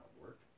work